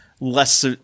less